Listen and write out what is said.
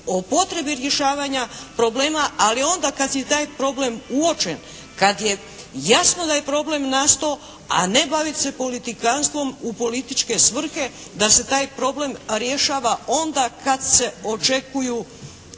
o potrebi rješavanja problema, ali onda kad je taj problem uočen, kad je jasno da je problem nastao, a ne baviti se politikanstvom u političke svrhe da se taj problem rješava onda kad se očekuju